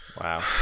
wow